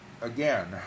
again